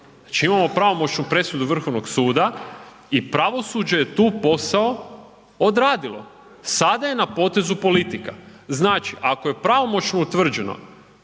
znači imamo pravomoćnu presudu Vrhovnog suda i pravosuđe je tu posao odradilo, sada je na potezu politika. Znači, ako je pravomoćno utvrđeno